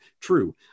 true